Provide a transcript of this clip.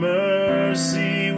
mercy